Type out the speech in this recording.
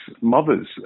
mothers